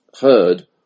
heard